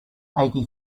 eighty